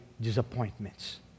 disappointments